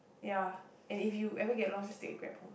ya and if you ever get lost just take a Grab home